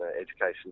education